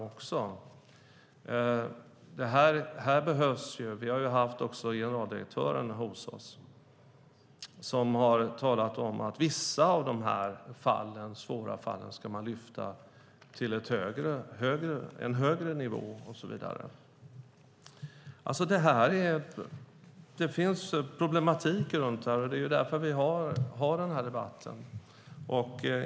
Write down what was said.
Vi har även haft generaldirektören hos oss som har talat om att man ska lyfta vissa av dessa svåra fall till en högre nivå och så vidare. Det finns en problematik runt detta, och det är därför som vi har denna debatt.